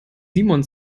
simon